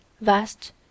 Vast